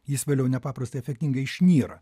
jis vėliau nepaprastai efektingai išnyra